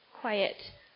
quiet